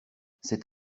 cet